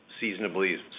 Seasonably